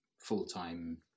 full-time